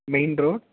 main road